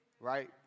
Right